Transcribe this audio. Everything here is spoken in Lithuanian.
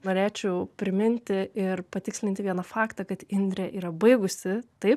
norėčiau priminti ir patikslinti vieną faktą kad indrė yra baigusi taip